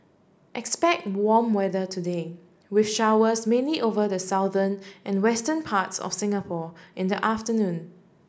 expect warm weather today with showers mainly over the southern and western parts of Singapore in the afternoon